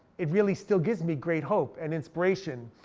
it really still gives me great hope and inspiration.